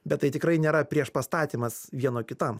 bet tai tikrai nėra prieš pastatymas vieno kitam